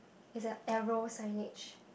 it's a arrow signage